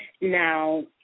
Now